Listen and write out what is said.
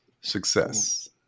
success